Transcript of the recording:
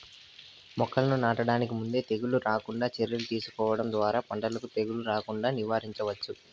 మొక్కలను నాటడానికి ముందే తెగుళ్ళు రాకుండా చర్యలు తీసుకోవడం ద్వారా పంటకు తెగులు రాకుండా నివారించవచ్చు